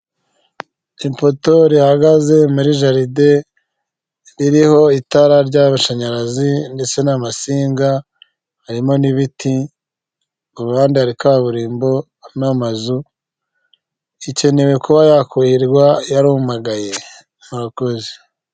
Ipoto rihagaze muri jaride ririho itara ry'amashanyarazi ndetse n'amasinga harimo n'ibiti, kuruhande hari kaburimbo n'amazu, ikenewe kuba yakuhirwa yarumagaye murakoze.